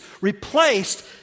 replaced